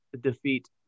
defeat